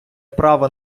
право